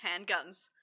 handguns